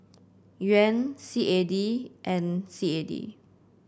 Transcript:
Yuan C A D and C A D